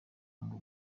ngo